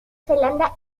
zelanda